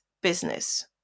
business